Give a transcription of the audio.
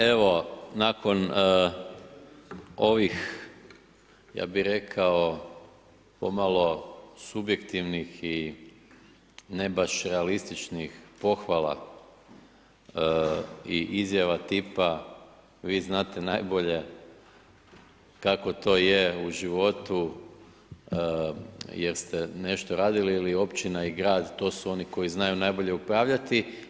Evo nakon ovih ja bih rekao pomalo subjektivnih i ne baš realističnih pohvala i izjava tipa, vi znate najbolje kako to je u životu jeste nešto radili ili općina i grad to su oni koji znaju najbolje upravljati.